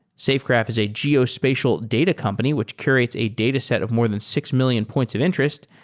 safegraph is a geospatial data company which curates a dataset of more than six million points of interest,